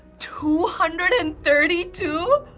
two hundred and thirty two!